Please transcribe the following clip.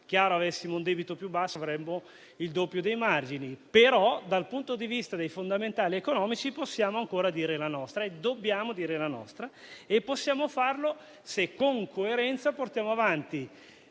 chiaro che, se avessimo un debito più basso, avremmo il doppio dei margini; però dal punto di vista dei fondamentali economici possiamo ancora dire la nostra, e dobbiamo dire la nostra. E possiamo farlo se, con coerenza, portiamo avanti